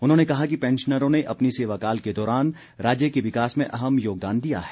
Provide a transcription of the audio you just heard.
उन्होंने कहा कि पैंशनरों ने अपनी सेवाकाल के दौरान राज्य के विकास में अहम योगदान दिया है